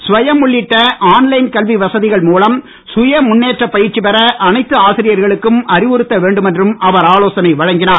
ஸ்வயம் உள்ளிட்ட online கல்வி வசதிகள் மூலம் சுயமுன்னேற்ற பயிற்சி பெற அனைத்து ஆசிரியர்களுக்கு அறிவுறுத்த வேண்டும் என்றும் அவர் ஆலோசனை வழங்கினார்